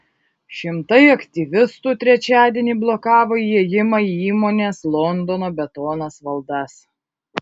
šimtai aktyvistų trečiadienį blokavo įėjimą į įmonės londono betonas valdas